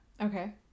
Okay